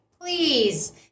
please